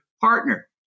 partner